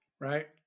right